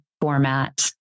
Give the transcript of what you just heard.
format